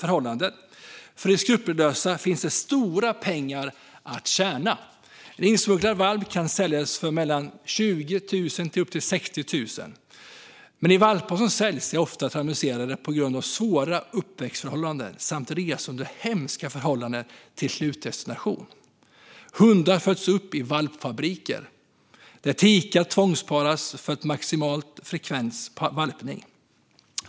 För de skrupelfria finns stora pengar att tjäna: En insmugglad valp kan säljas för 20 000-60 000 kronor. De valpar som säljs är dock ofta traumatiserade på grund av svåra uppväxtförhållanden och att resorna till slutdestinationen sker under hemska förhållanden. Hundar föds upp i valpfabriker, där tikar tvångsparas för maximal valpningsfrekvens.